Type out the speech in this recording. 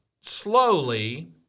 slowly